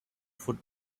food